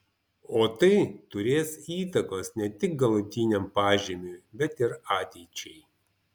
o tai turės įtakos ne tik galutiniam pažymiui bet ir ateičiai